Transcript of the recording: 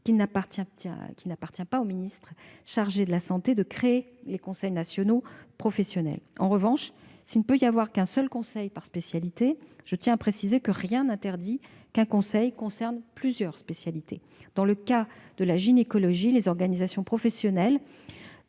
qu'il n'appartient pas directement au ministre chargé de la santé de créer les conseils nationaux professionnels. En revanche, s'il ne peut y avoir qu'un seul conseil par spécialité, je tiens à préciser que rien n'interdit qu'un conseil concerne plusieurs spécialités. Dans le cas de la gynécologie, les organisations professionnelles